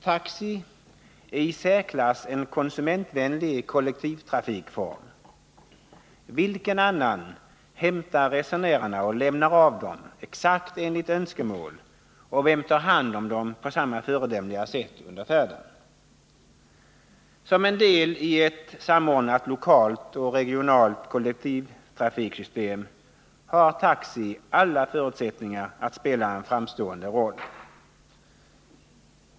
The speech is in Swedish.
Taxi är en konsumentvänlig kollektivtrafikform i särklass. Vilken annan hämtar resenärerna och lämnar av dem exakt enligt önskemål, och vem tar hand om dem på samma föredömliga sätt under färden? Som en del i ett samordnat lokalt och regionalt kollektivtrafiksystem har taxi alla förutsättningar att spela en framstående roll.